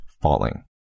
falling